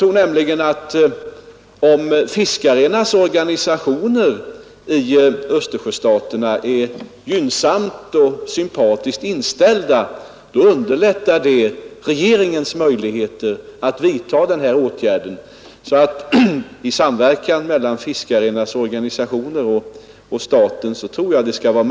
Om fiskarenas organisationer i Östersjöstaterna är positivt inställda till den frågan, så underlättar det regeringens möjligheter att flytta fiskegränsen. Jag tror med andra ord att det skall vara möjligt att nå ett gott resultat, om fiskarenas organisationer och staten samverkar i det fallet.